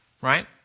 right